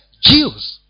Jews